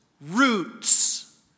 roots